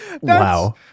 Wow